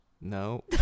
No